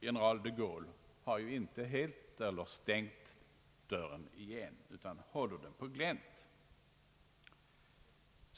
General de Gaulle har ju inte helt stängt dörren utan håller den på glänt.